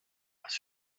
als